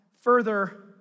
further